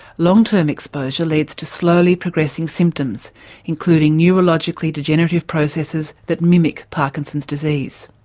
long term exposure leads to slowly progressing symptoms including neurologically degenerative processes that mimic parkinson's disease.